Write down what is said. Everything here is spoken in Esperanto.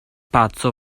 paco